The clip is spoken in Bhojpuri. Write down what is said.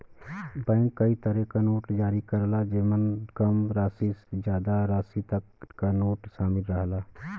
बैंक कई तरे क नोट जारी करला जेमन कम राशि से जादा राशि तक क नोट शामिल रहला